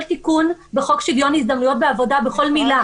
תיקון בחוק שוויון הזדמנויות בעבודה בכל מילה,